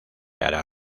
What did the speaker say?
hará